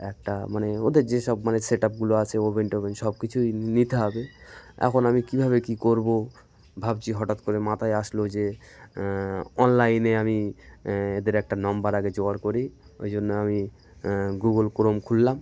একটা মানে ওদের যেসব মানে সেট আপগুলো আছে ওভেন টোভেন সব কিছুই নিতে হবে এখন আমি কীভাবে কী করবো ভাবছি হঠাৎ করে মাথায় আসলো যে অনলাইনে আমি এদের একটা নম্বর আগে জোগাড় করি ওই জন্য আমি গুগল ক্রোম খুললাম